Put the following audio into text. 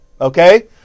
Okay